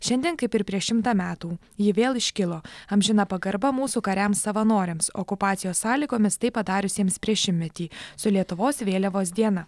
šiandien kaip ir prieš šimtą metų ji vėl iškilo amžina pagarba mūsų kariams savanoriams okupacijos sąlygomis tai padariusiems prieš šimtmetį su lietuvos vėliavos diena